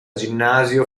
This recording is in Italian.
ginnasio